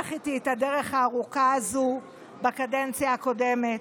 שהלך איתי את הדרך הארוכה הזו בקדנציה הקודמת,